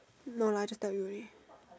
no lah I just tell you only